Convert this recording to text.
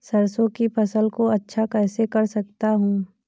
सरसो की फसल को अच्छा कैसे कर सकता हूँ?